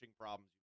problems